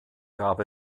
gab